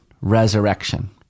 resurrection